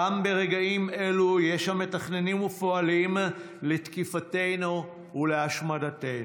גם ברגעים אלו יש המתכננים ופועלים לתקיפתנו ולהשמדתנו.